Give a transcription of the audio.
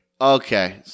Okay